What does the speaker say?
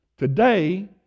Today